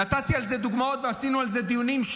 נתתי על זה דוגמאות ועשינו על זה דיונים.